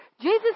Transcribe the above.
Jesus